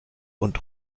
und